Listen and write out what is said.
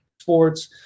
sports